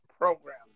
program